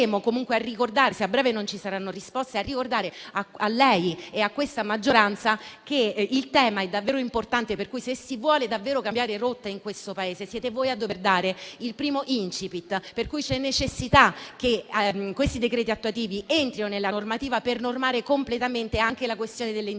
a breve non ci saranno risposte, torneremo a ricordare a lei e a questa maggioranza che il tema è davvero importante e che, se si vuole davvero cambiare rotta in questo Paese, siete voi a dover dare il primo *incipit*. C'è necessità che questi decreti attuativi entrino nella normativa per disciplinare completamente anche la questione degli incentivi